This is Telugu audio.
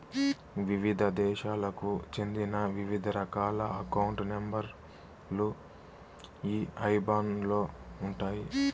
వివిధ దేశాలకు చెందిన వివిధ రకాల అకౌంట్ నెంబర్ లు ఈ ఐబాన్ లో ఉంటాయి